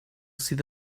sydd